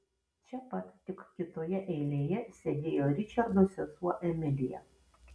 čia pat tik kitoje eilėje sėdėjo ričardo sesuo emilija